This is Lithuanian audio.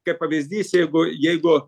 kaip pavyzdys jeigu jeigu